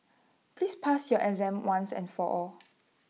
please pass your exam once and for all